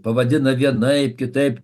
pavadina vienaip kitaip